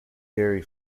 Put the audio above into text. dairy